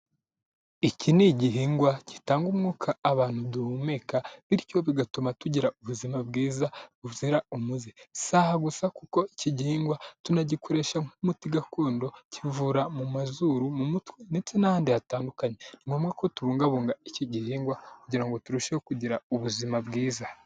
Iki ni igihingwa gitanga umwuka abantu duhumeka bityo bigatuma tugira ubuzima bwiza buzira umuze saha gusa kuko iki gihingwa tunagikoresha nk'umuti gakondo kivura mu mazuru, mu mutwe ndetse n'ahandi hatandukanye ni ngombwa ko kubungabunga iki gihingwa kugira ngo turusheho kugira ubuzima bwiza.